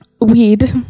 Weed